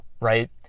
right